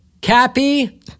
Cappy